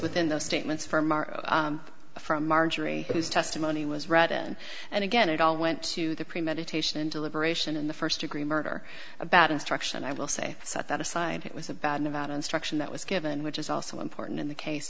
within those statements from our own from marjorie whose testimony was read in and again it all went to the premeditation and deliberation in the first degree murder about instruction i will say set that aside it was about and about instruction that was given which is also important in the case